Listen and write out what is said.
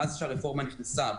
מאז שהרפורמה נכנסה,